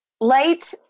light